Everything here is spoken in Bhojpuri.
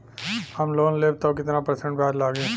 हम लोन लेब त कितना परसेंट ब्याज लागी?